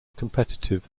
competitive